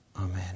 Amen